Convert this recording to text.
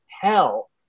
Hell